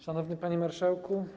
Szanowny Panie Marszałku!